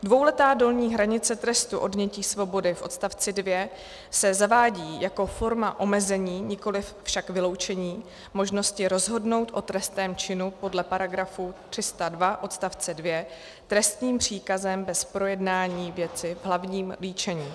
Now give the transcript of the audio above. Dvouletá dolní hranice trestu odnětí svobody v odstavci 2 se zavádí jako forma omezení, nikoliv však vyloučení možnosti rozhodnout o trestném činu podle § 302 odst. 2 trestním příkazem bez projednání věci v hlavním líčení.